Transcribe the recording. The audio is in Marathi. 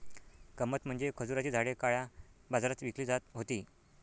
गंमत म्हणजे खजुराची झाडे काळ्या बाजारात विकली जात होती